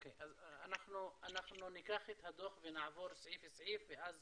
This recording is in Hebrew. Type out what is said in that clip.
אנחנו ניקח את הדוח ונעבור סעיף סעיף ואז